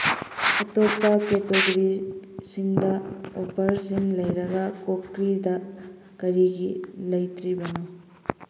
ꯑꯇꯣꯞꯄ ꯀꯦꯇꯦꯒꯣꯔꯤꯁꯤꯡꯗ ꯑꯣꯐꯔꯁꯤꯡ ꯂꯩꯔꯒ ꯀꯣꯀ꯭ꯔꯤꯗ ꯀꯔꯤꯒꯤ ꯂꯩꯇ꯭ꯔꯤꯕꯅꯣ